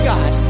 God